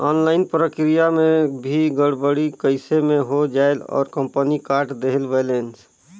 Online प्रक्रिया मे भी गड़बड़ी कइसे मे हो जायेल और कंपनी काट देहेल बैलेंस?